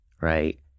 right